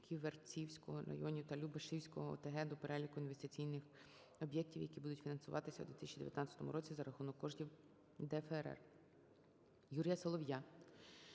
Ківерцівського районів та Любешівської ОТГ до переліку інвестиційних об'єктів, які будуть фінансуватися у 2019 році за рахунок коштів ДФРР. Юрія Солов'я